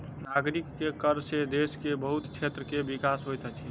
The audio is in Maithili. नागरिक के कर सॅ देश के बहुत क्षेत्र के विकास होइत अछि